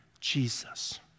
Jesus